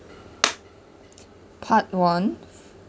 part one